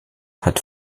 hat